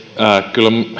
kyllä